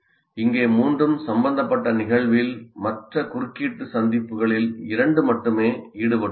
இங்கே மூன்றும் சம்பந்தப்பட்ட நிகழ்வில் மற்ற குறுக்கீட்டு சந்திப்புகளில் இரண்டு மட்டுமே ஈடுபட்டுள்ளது